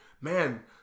man